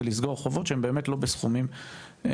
ולסגור חובות שהם באמת לא בסכומים גדולים.